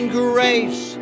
grace